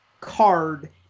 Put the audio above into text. card